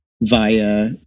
via